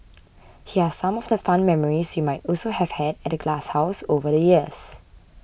here are some of the fun memories you might also have had at the glasshouse over the years